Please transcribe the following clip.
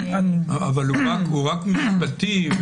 אבל הוא רק משפטי.